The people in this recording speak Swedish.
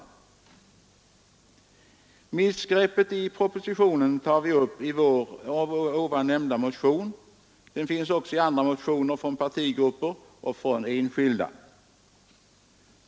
Det missgreppet i propositionen tar vi upp i vår motion. Det gör man också i andra motioner från partigrupper och enskilda.